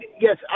yes